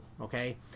Okay